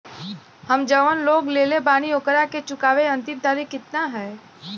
हम जवन लोन लेले बानी ओकरा के चुकावे अंतिम तारीख कितना हैं?